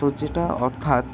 তো যেটা অর্থাৎ